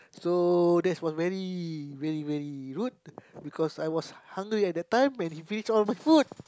so that's was very very very rude because I was hungry at that time when he finished all my food